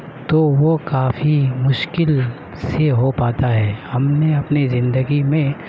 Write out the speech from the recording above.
تو وہ کافی مشکل سے ہو پاتا ہے ہم نے اپنی زندگی میں